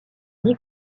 d’y